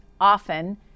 often